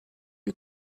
you